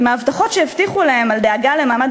להרגיש אחרת אם ההבטחות שהבטיחו להם על דאגה למעמד